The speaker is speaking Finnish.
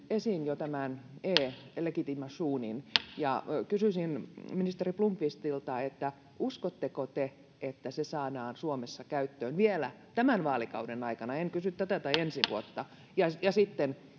esiin jo tämän e legitimationin ja kysyisin ministeri blomqvistilta uskotteko te että se saadaan suomessa käyttöön vielä tämän vaalikauden aikana en kysy tästä tai ensi vuodesta ja